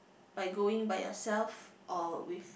by going by yourself or with